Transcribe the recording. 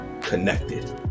connected